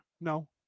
No